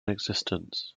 existence